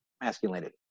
masculinity